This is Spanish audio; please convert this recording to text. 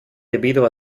debido